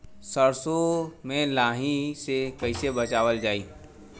सरसो में लाही से कईसे बचावल जाई?